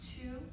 Two